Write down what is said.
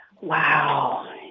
Wow